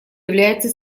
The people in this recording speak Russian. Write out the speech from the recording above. является